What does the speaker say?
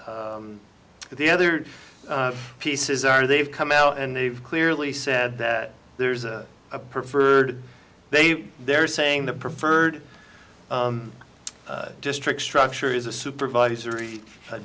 is the other pieces are they've come out and they've clearly said that there's a preferred they they're saying the preferred district structure is a supervisory